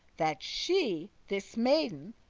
that she, this maiden,